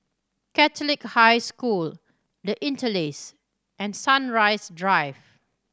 Catholic High School The Interlace and Sunrise Drive